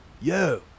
Yo